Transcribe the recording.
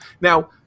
Now